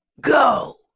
Go